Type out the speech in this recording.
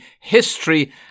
history